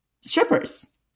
strippers